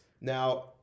Now